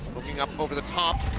coming up over the top.